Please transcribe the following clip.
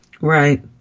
Right